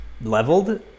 leveled